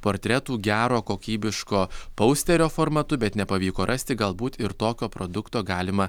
portretų gero kokybiško pausterio formatu bet nepavyko rasti galbūt ir tokio produkto galima